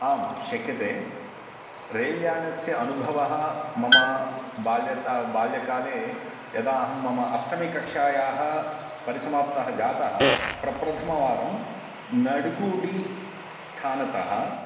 आं शक्यते रैल्यानस्य अनुभवः मम बाल्यतः बाल्यकाले यदाहं मम अष्टमीकक्षायाः परिसमाप्तिः जाता प्रथमवारं नडुगूडिस्थानतः